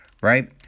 right